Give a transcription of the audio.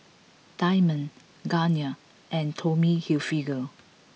Diamond Garnier and Tommy Hilfiger